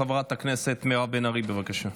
חברת הכנסת מירב בן ארי, בבקשה.